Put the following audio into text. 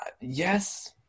Yes